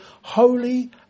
holy